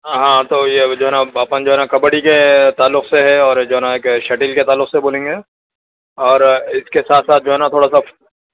ہاں تو یہ جو ہے نا اپن جو ہے نا کبڈی کے تعلق سے ہے اور جو ہے نا کہ شڈیل کے تعلق سے بولیں گے اور اِس کے ساتھ ساتھ جو ہے نا تھوڑا سا